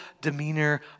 demeanor